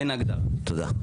תודה.